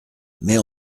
mais